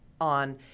on